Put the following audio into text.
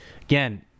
Again